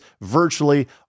virtually